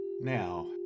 Now